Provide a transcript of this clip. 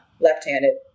left-handed